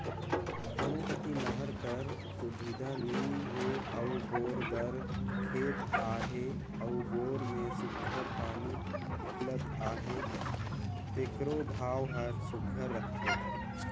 कोनो कती नहर कर सुबिधा नी हे अउ बोर दार खेत अहे अउ बोर में सुग्घर पानी हिंकलत अहे तेकरो भाव हर सुघर रहथे